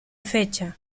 fecha